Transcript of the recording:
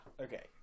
Okay